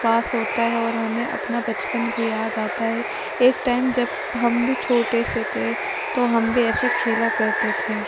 پاس ہوتا ہے اور ہمیں اپنا بچپن بھی یاد آتا ہے ایک ٹائم جب ہم بھی چھوٹے سے تھے تو ہم بھی ایسے کھیلا کرتے تھے